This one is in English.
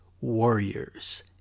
Warriors